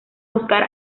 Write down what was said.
buscar